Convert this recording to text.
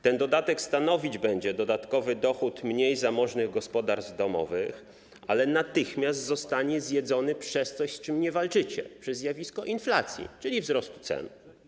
Ten dodatek stanowić będzie dodatkowy dochód mniej zamożnych gospodarstw domowych, który natychmiast zostanie zjedzony przez coś, z czym nie walczycie, przez zjawisko inflacji, czyli wzrostu cen.